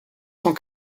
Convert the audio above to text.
cent